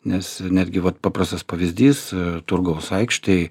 nes netgi vat paprastas pavyzdys turgaus aikštėj